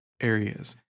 areas